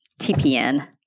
TPN